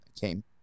came